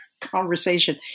conversation